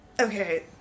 Okay